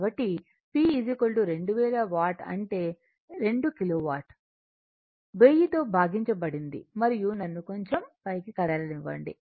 కాబట్టి P 2000 watt అంటే 2 kilowatt 1000 తో భాగించబడింది మరియు నన్ను కొంచెం పైకి కదలనివ్వండి